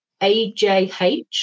AJH